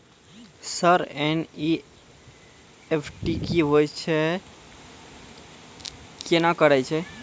Sir NEFT की होय छै, केना करे छै?